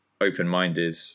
open-minded